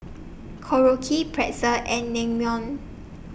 Korokke Pretzel and Naengmyeon